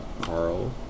Carl